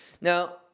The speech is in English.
now